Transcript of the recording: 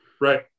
Right